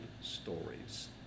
stories